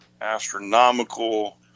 astronomical